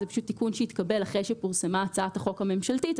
זה תיקון שהתקבל אחרי שפורסמה הצעת החוק הממשלתית.